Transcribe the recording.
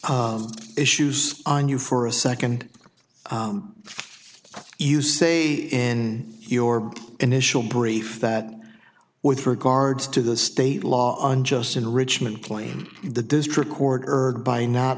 yes issues on you for a second you say in your initial brief that with regards to the state law unjust enrichment claim the district court heard by not